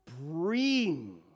bring